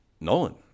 Nolan